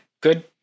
good